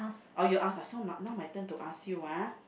or you ask ah so now now my turn to ask you ah